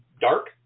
Dark